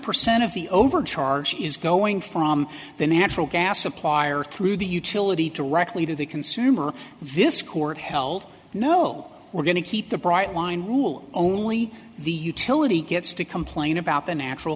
percent of the overcharge is going from the natural gas supplier through the utility directly to the consumer this court held no we're going to keep the bright line rule only the utility gets to complain about the natural